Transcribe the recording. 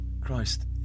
Christ